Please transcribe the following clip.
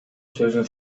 сөзүн